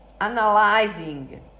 analyzing